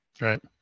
Right